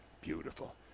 Beautiful